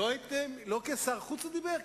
לא כשר החוץ הוא דיבר?